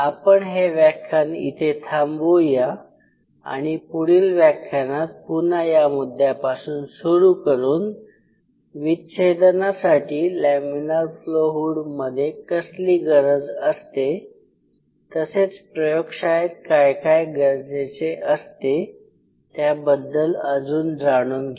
आपण हे व्याख्यान इथे थांबवूया आणि पुढील व्याख्यानात पुन्हा या मुद्दयापासून सुरू करून विच्छेदनासाठी लॅमीनार फ्लो हुड मध्ये कसली गरज असते तसेच प्रयोगशाळेत काय काय गरजेचे असते त्याबद्दल अजून जाणून घेऊ